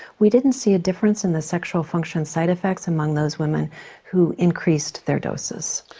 we didn't see a difference in the sexual function side effects among those women who increased their doses.